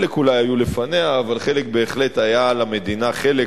חלק אולי היו לפניה אבל חלק, בהחלט היה למדינה חלק